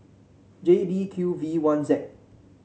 J D Q V one Z